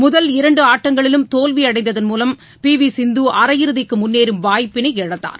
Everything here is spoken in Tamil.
முதல் இரண்டு ஆட்டங்களிலும் தோல்வி அடைந்ததன் மூலம் பி வி சிந்து அரையிறுதிக்கு முன்னேறும் வாய்ப்பினை இழந்தார்